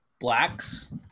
blacks